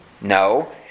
No